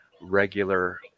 regular